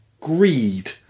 Greed